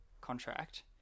contract